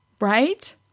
Right